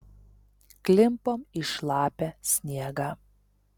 klimpom į šlapią sniegą